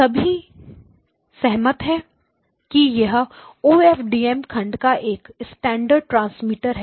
सभी स हमत हैं कि यह O F D M OFDM खंड का एक स्टैण्डर्ड ट्रांसमीटर है